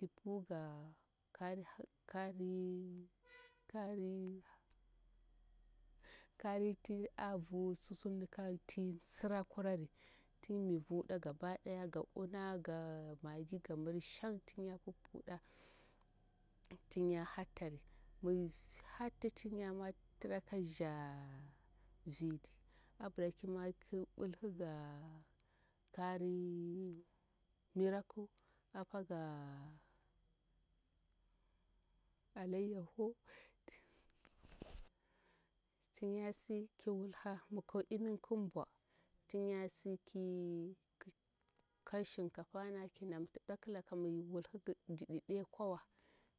Ki pu ga kari hh karii karii kari ti a vu susumni kati msirakurari ting mi vu da gaba daya ga una ga magi ga miri shang tin ya puppuda tin ya hattari mi hatti tinya mwo tra kaza vini ambila ki mwo ki wulhi ga kari miraku apaga aleyaho tin yasi ki wulha mika imin kin bwa tin yasi ki ka shinkafana kinamti dakilaka mi wulhi didi de kwawa